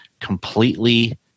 completely